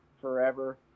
forever